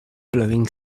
blowing